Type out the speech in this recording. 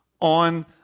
on